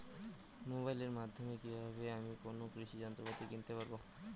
মোবাইলের মাধ্যমে কীভাবে আমি কোনো কৃষি যন্ত্রপাতি কিনতে পারবো?